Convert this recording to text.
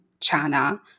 China